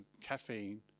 caffeine